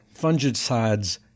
fungicides